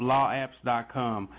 LawApps.com